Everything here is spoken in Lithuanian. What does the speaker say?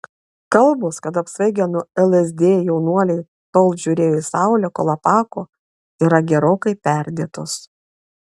kalbos kad apsvaigę nuo lsd jaunuoliai tol žiūrėjo į saulę kol apako yra gerokai perdėtos